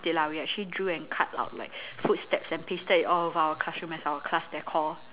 we actually drew and cut out like footsteps and pasted it all over our classroom as our class decor